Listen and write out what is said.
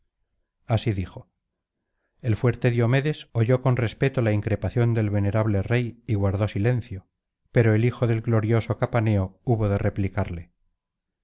así dijo el fuerte diomedes oyó con respeto la increpación del venerable rey y guardó silencio pero el hijo del glorioso capaneo hubo de replicarle